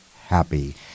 happy